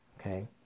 okay